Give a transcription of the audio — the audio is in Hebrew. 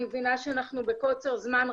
אני מבינה שאנחנו בקוצר זמן,